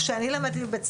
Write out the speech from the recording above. כשאני למדתי בבית ספר,